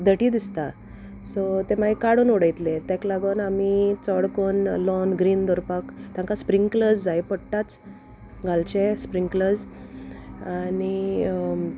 dirty दिसता सो तें मागीर काडून उडयतले तेका लागोन आमी चोड कोन लॉन ग्रीन दवरपाक तांकां स्प्रिंकलर्स जाय पोडटाच घालचे स्प्रिंकलर्स आनी